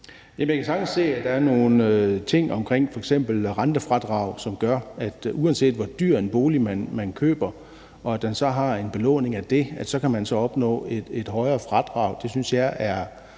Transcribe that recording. Jeg kan sagtens se, at der er nogle ting omkring f.eks. rentefradraget, som gør, at uanset hvor dyr en bolig man køber, hvor man har en belåning af den, så kan man opnå et højere fradrag. Det synes jeg er